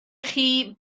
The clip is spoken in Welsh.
chi